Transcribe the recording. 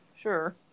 sure